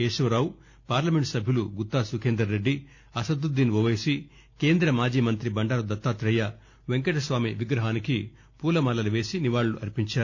Keshava Rao parliament సభ్యులు గుత్తా సుఖేందర్రెడ్డి అసదుద్దీన్ ఓపైసి కేంద్ర మాజీ మంత్రి బండారు దత్తాత్రేయ పెంకటస్వామి విగ్రహానికి పూలమాలలు పేసి నివాళులర్పించారు